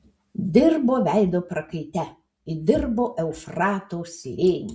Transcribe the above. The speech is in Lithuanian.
dirbo veido prakaite įdirbo eufrato slėnį